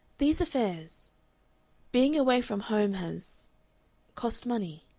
these affairs being away from home has cost money.